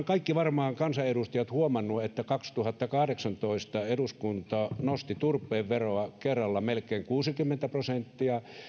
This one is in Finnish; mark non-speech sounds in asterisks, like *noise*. *unintelligible* kaikki kansanedustajat ovat varmaan huomanneet että kaksituhattakahdeksantoista eduskunta nosti turpeen veroa kerralla melkein kuusikymmentä prosenttia